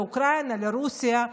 לאוקראינה ולרוסיה,